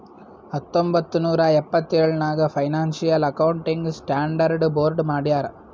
ಹತ್ತೊಂಬತ್ತ್ ನೂರಾ ಎಪ್ಪತ್ತೆಳ್ ನಾಗ್ ಫೈನಾನ್ಸಿಯಲ್ ಅಕೌಂಟಿಂಗ್ ಸ್ಟಾಂಡರ್ಡ್ ಬೋರ್ಡ್ ಮಾಡ್ಯಾರ್